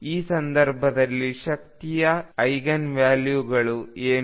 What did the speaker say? ಈ ಸಂದರ್ಭದಲ್ಲಿ ಶಕ್ತಿಯ ಐಗನ್ವ್ಯಾಲ್ಯೂಗಳು ಏನು